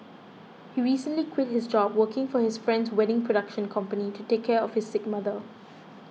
he recently quit his job working for his friend's wedding production company to take care of his sick mother